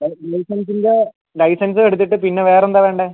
ലൈസൻസിൻ്റെ ലൈസൻസും എടുത്തിട്ട് പിന്നെ വേറെയെന്താ വേണ്ടത്